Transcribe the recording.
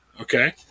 okay